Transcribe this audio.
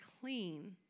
clean